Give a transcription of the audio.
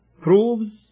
proves